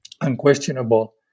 unquestionable